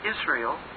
Israel